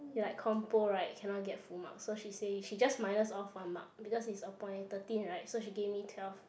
he like compo right cannot get full marks so she say she just minus off one mark because it's upon thirteen right so she give me twelve